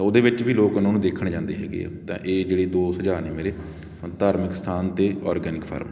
ਤਾਂ ਉਹਦੇ ਵਿੱਚ ਵੀ ਲੋਕ ਉਨ੍ਹਾਂ ਨੂੰ ਦੇਖਣ ਜਾਂਦੇ ਹੈਗੇ ਆ ਤਾਂ ਇਹ ਜਿਹੜੇ ਦੋ ਸੁਝਾਅ ਨੇ ਮੇਰੇ ਧਾਰਮਿਕ ਸਥਾਨ ਅਤੇ ਔਰਗੈਨਿਕ ਫਾਰਮ